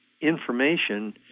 information